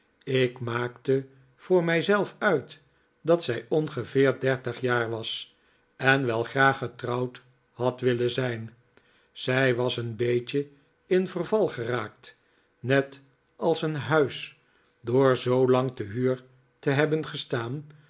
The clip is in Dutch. ik maakte voor mijzelf uit dat zij ongeveer dertig jaar was en wel graag getrouwd had willen zijn zij was een beetje in verval geraakt net als een huis door zoolang te huur te hebben gestaan